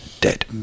dead